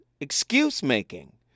excuse-making